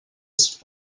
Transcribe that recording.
ist